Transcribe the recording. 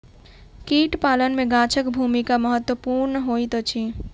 कीट पालन मे गाछक भूमिका महत्वपूर्ण होइत अछि